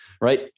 right